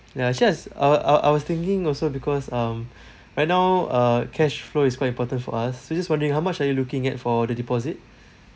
ya just uh uh I was thinking also because um right now uh cash flow is quite important for us so just wondering how much are you looking at for the deposit